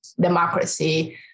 democracy